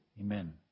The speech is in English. Amen